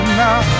now